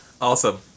Awesome